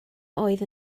oedd